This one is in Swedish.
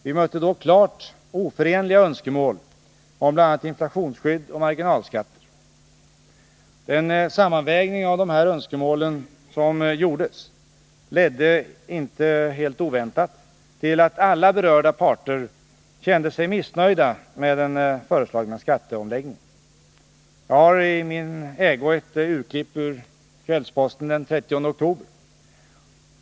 Vi mötte då klart oförenliga önskemål om bl.a. inflationsskydd och marginalskatter. Den sammanvägning av de önskemål som gjordes ledde - inte helt oväntat — till att alla berörda parter kände sig missnöjda med den föreslagna skatteomläggningen. Jag har i min ägo ett urklipp ur Kvällsposten den 30 oktober.